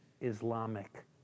Islamic